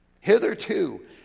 Hitherto